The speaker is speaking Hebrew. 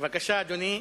בבקשה, אדוני,